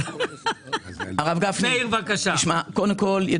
קודם כול,